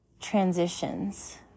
transitions